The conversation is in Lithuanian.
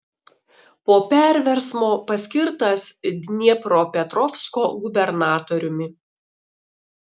po perversmo paskirtas dniepropetrovsko gubernatoriumi